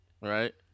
Right